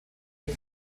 den